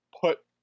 Put